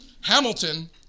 Hamilton